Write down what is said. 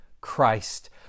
Christ